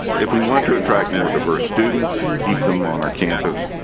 if we want to attract more diverse students, keep them on our campus,